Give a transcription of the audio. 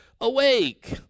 awake